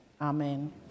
amen